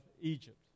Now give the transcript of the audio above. Egypt